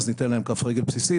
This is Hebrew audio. אז ניתן להם כף רגל בסיסית.